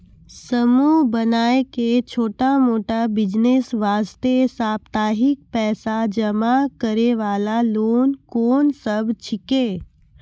समूह बनाय के छोटा मोटा बिज़नेस वास्ते साप्ताहिक पैसा जमा करे वाला लोन कोंन सब छीके?